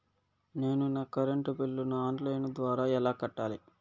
నేను నా కరెంటు బిల్లును ఆన్ లైను ద్వారా ఎలా కట్టాలి?